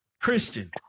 Christian